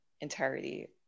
entirety